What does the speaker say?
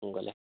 সোনকালে